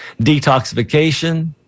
detoxification